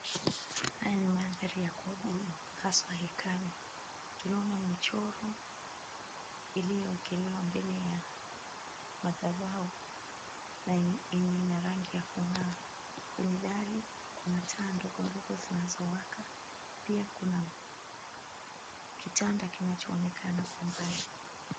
Haya ni mandhari ya kuabudu haswa hekalu. Tunaona michoro iliyowekelewa mbele ya madhabahu na yenye ina rangi ya kung'aa. Kwenye dari kuna taa ndogo ndogo zinazowaka, pia kuna kitanda kinachoonekana kwa mbali.